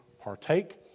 partake